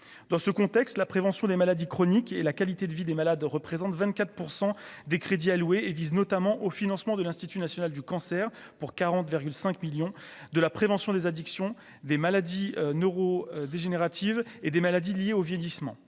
dans ce contexte, la prévention des maladies chroniques et la qualité de vie des malades représentent 24 % des crédits alloués et vise notamment au financement de l'Institut national du cancer pour quarante-cinq millions de la prévention des addictions des maladies neuro-dégénératives et des maladies liées au vieillissement,